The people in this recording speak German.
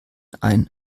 ein